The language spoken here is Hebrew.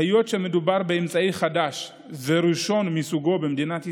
היות שמדובר באמצעי חדש וראשון מסוגו במדינת ישראל,